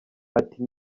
ati